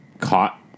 caught